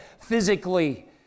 physically